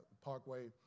parkway